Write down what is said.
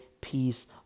peace